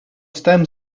stem